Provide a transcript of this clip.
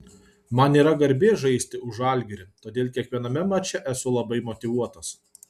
man yra garbė žaisti už žalgirį todėl kiekviename mače esu labai motyvuotas